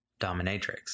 dominatrix